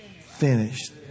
finished